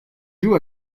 joue